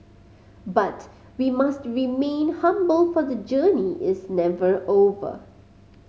but we must remain humble for the journey is never over